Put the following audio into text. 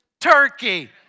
turkey